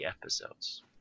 Episodes